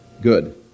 good